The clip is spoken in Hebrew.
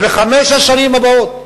ובחמש השנים הבאות,